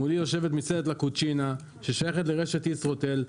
מולי יושבת מסעדת לה קוצ'ינה ששייכת לרשת ישרוטל,